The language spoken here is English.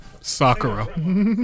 Sakura